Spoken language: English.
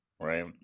Right